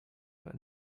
but